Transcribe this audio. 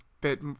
bit